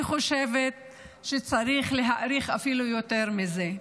אני חושבת שצריך להאריך אפילו יותר מזה.